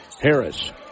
Harris